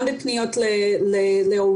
גם בפניות להורים,